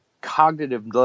cognitive